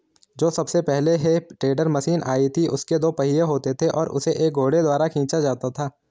जो सबसे पहले हे टेडर मशीन आई थी उसके दो पहिये होते थे और उसे एक घोड़े द्वारा खीचा जाता था